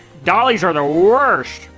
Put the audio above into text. dollies are the worst!